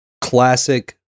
classic